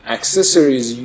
accessories